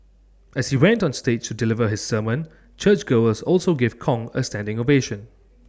as he went on stage to deliver his sermon churchgoers also gave Kong A standing ovation